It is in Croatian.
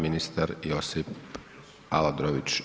Ministar Josip Aladrović.